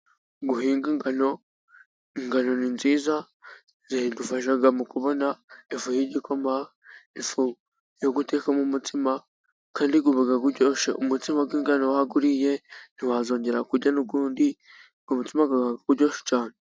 Guhinga ingano， ingano ni nziza， zidufasha mu kubona ifu y’igikoma，ifu yo gutekamo umutsima，kandi uba uryoshye, umutsima w’ingano wawuriye, ntiwazongera kurya n'ukundi，uwo mutsima uba uryoshye cyane.